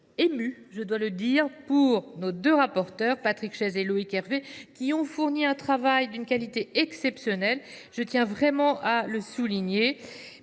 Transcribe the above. une certaine émotion les deux rapporteurs Patrick Chaize et Loïc Hervé, qui ont fourni un travail d’une qualité exceptionnelle – je tiens vraiment à le souligner.